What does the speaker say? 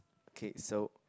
okay so